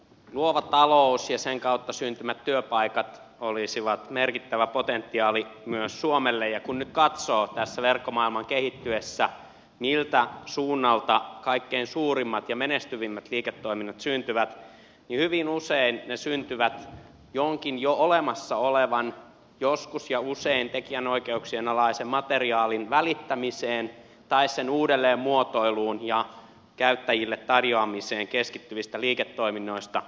luova talous ja sen kautta syntyvät työpaikat olisivat merkittävä potentiaali myös suomelle ja kun nyt katsoo tässä verkkomaailman kehittyessä miltä suunnalta kaikkein suurimmat ja menestyvimmät liiketoiminnot syntyvät niin hyvin usein ne syntyvät jonkin jo olemassa olevan usein tekijänoikeuksien alaisen materiaalin välittämiseen tai sen uudelleenmuotoiluun ja käyttäjille tarjoamiseen keskittyvistä liiketoiminnoista